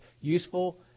useful